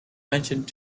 mentioned